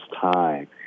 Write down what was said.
time